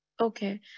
Okay